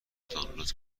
دانلود